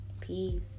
Peace